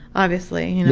obviously.